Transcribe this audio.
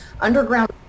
Underground